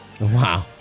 Wow